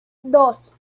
dos